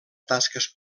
tasques